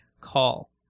call